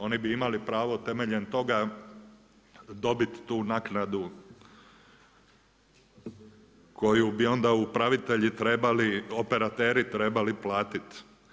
Oni bi imali pravo temeljem toga dobiti tu naknadu koju bi onda upravitelji trebali, operateri trebali platiti.